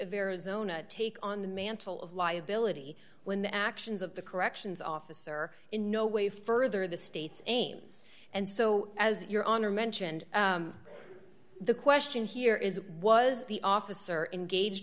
arizona take on the mantle of liability when the actions of the corrections officer in no way further the state's aims and so as your honor mentioned the question here is was the officer engaged